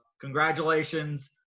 congratulations